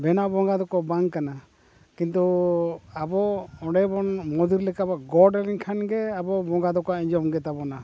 ᱵᱮᱱᱟᱣ ᱵᱚᱸᱜᱟ ᱫᱚᱠᱚ ᱵᱟᱝ ᱠᱟᱱᱟ ᱠᱤᱱᱛᱩ ᱟᱵᱚ ᱚᱸᱰᱮ ᱵᱚᱱ ᱢᱚᱱᱫᱤᱨ ᱞᱮᱠᱟ ᱵᱚᱱ ᱜᱚᱸᱰ ᱞᱮᱱᱠᱷᱟᱱ ᱜᱮ ᱟᱵᱚ ᱵᱚᱸᱜᱟ ᱫᱚᱠᱚ ᱟᱸᱡᱚᱢ ᱜᱮᱛᱟ ᱵᱚᱱᱟ